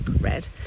red